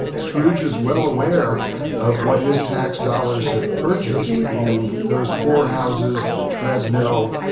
scrooge is well aware of what his tax dollars have purchased, and those poor houses, the treadmill,